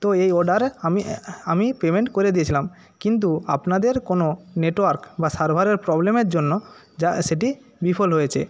তো এই অর্ডার আমি আমি পেমেন্ট করে দিয়েছিলাম কিন্তু আপনাদের কোনো নেটওয়ার্ক বা সার্ভারের প্রবলেমের জন্য সেটি বিফল হয়েছে